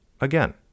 Again